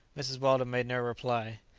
mrs. weldon made no reply.